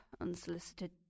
unsolicited